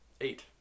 eight